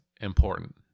important